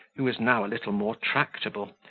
who was now a little more tractable,